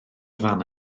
fan